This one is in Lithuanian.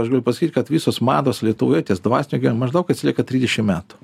aš galiu pasakyt kad visos mados lietuvoje ties dvasiniu gyvenimu maždaug atsilieka trisdešim metų